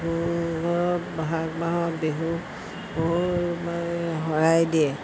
বহাগ মাহত বিহু বহুত মানে শৰাই দিয়ে